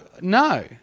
no